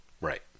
right